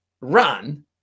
run